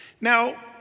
Now